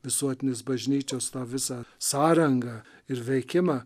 visuotinės bažnyčios tą visą sąrangą ir veikimą